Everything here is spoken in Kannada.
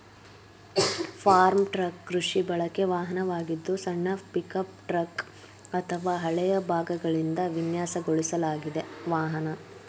ಫಾರ್ಮ್ ಟ್ರಕ್ ಕೃಷಿ ಬಳಕೆ ವಾಹನವಾಗಿದ್ದು ಸಣ್ಣ ಪಿಕಪ್ ಟ್ರಕ್ ಅಥವಾ ಹಳೆಯ ಭಾಗಗಳಿಂದ ವಿನ್ಯಾಸಗೊಳಿಸಲಾದ ವಾಹನ